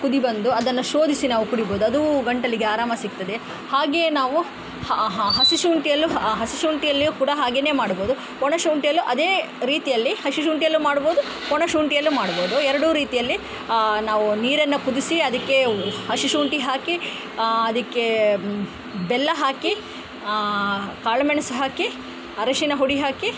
ಕುದಿ ಬಂದು ಅದನ್ನು ಶೋಧಿಸಿ ನಾವು ಕುಡಿಬೋದು ಅದೂ ಗಂಟಲಿಗೆ ಆರಾಮ ಸಿಗ್ತದೆ ಹಾಗೇ ನಾವು ಹಸಿಶುಂಠಿಯಲ್ಲೂ ಹಸಿಶುಂಠಿಯಲ್ಲಿಯೂ ಕೂಡ ಹಾಗೆಯೆ ಮಾಡ್ಬೋದು ಒಣಶುಂಠಿಯಲ್ಲೂ ಅದೇ ರೀತಿಯಲ್ಲಿ ಹಸಿಶುಂಠಿಯಲ್ಲೂ ಮಾಡ್ಬೋದು ಒಣಶುಂಠಿಯಲ್ಲೂ ಮಾಡ್ಬೋದು ಎರಡೂ ರೀತಿಯಲ್ಲಿ ನಾವು ನೀರನ್ನು ಕುದಿಸಿ ಅದಕ್ಕೆ ಹಸಿಶುಂಠಿ ಹಾಕಿ ಅದಕ್ಕೆ ಬೆಲ್ಲ ಹಾಕಿ ಕಾಳುಮೆಣಸು ಹಾಕಿ ಅರಿಶಿನ ಹುಡಿ ಹಾಕಿ